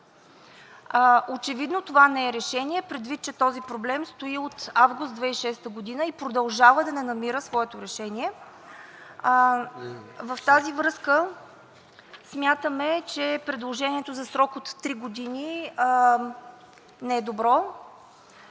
Очевидно това не е решение, предвид че този проблем стои от август 2006 г. и продължава да не намира своето решение. В тази връзка смятаме, че предложението за срок от три години не е добро